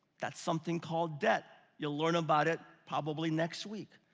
that's something called debt. you'll learn about it probably next week.